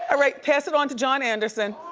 ah right, pass it on to john anderson.